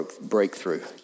breakthrough